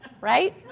right